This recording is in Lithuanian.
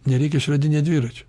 nereikia išradinėt dviračio